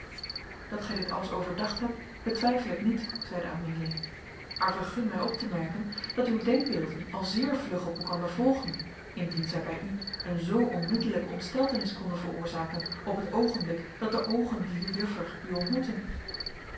dat gij dit alles overdacht hebt betwijfel ik niet zeide amelia maar vergun mij op te merken dat uw denkbeelden al zeer vlug op elkander volgen indien zij bij u een zoo onmiddellijke ontsteltenis konden veroorzaken op het oogenblik dat de oogen dier juffer u ontmoetten